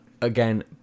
again